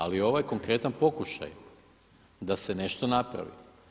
Ali ovo je konkretan pokušaj da se nešto napravi.